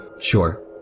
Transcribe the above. sure